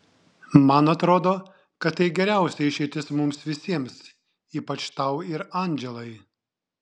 man atrodo kad tai geriausia išeitis mums visiems ypač tau ir andželai